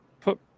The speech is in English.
Put